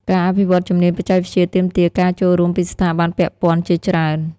ការអភិវឌ្ឍជំនាញបច្ចេកវិទ្យាទាមទារការចូលរួមពីស្ថាប័នពាក់ព័ន្ធជាច្រើន។